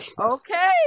Okay